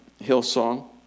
Hillsong